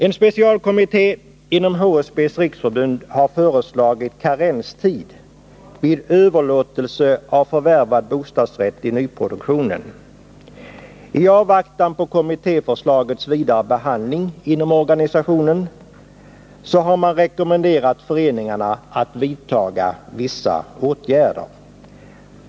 En specialkommitté inom HSB har föreslagit karenstid med återköpsrätt vid överlåtelse av förvärvad bostadsrätt i nyproduktionen. I avvaktan på kommittéförslagets vidare behandling inom organisationen har HSB rekommenderat sina föreningar att vidta vissa åtgärder.